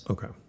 Okay